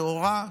טהורה,